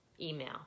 email